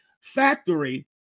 factory